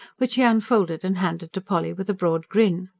which he unfolded and handed to polly with a broad grin.